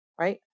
right